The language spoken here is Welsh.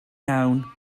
iawn